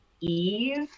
Eve